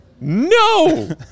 No